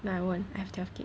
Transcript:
no I won't I have twelve K